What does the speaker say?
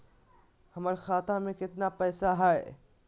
हमर खाता मे केतना पैसा हई?